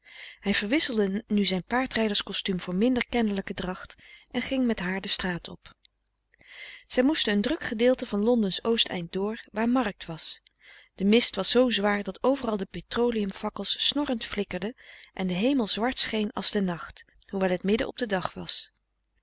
hij verwisselde nu zijn paardrijderskostuum voor minder kennelijke dracht en ging met haar de straat op zij moesten een druk gedeelte van londen's oost eind door waar markt was de mist was zoo zwaar dat overal de petroleum fakkels snorrend flikkerden en de hemel zwart scheen als de nacht hoewel het midden op den dag was